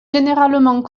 généralement